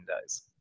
days